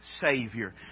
Savior